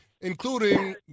including